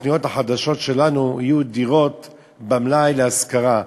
בתוכניות החדשות שלנו, יהיו דירות במלאי להשכרה.